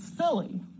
silly